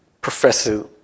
Professor